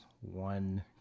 one